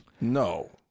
No